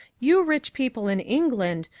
you rich people in england,